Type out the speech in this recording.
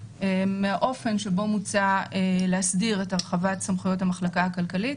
מהאופן שבו מוצע להסדיר את הרחבת סמכויות המחלקה הכלכלית.